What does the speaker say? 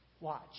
watch